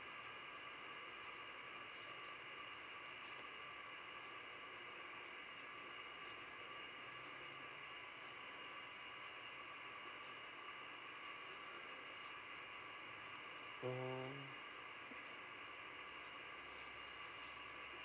mm